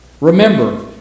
remember